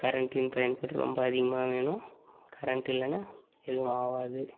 கரண்ட்டின் பயன்பாடு ரொம்ப அதிகமாக வேணும் கரண்ட் இல்லைன்னா ஏதும் ஆகாது